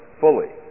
fully